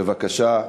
בבקשה.